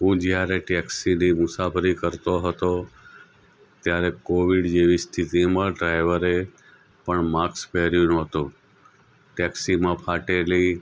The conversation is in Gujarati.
હું જ્યારે ટેક્સીની મુસાફરી કરતો હતો ત્યારે કોવિડ જેવી સ્થિતિમાં ડ્રાઇવરે પણ માસ્ક પહેર્યું ન હતું ટેક્સીમાં ફાટેલી